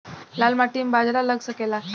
लाल माटी मे बाजरा लग सकेला?